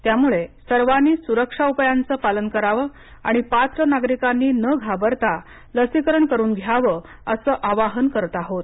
त्यामुळे सर्वांनीच सुरक्षा उपायांचं पालन करावं आणि पात्र नागरिकांनी न घावरता लसीकरण करून घ्यावं असं आवाहन करत आहोत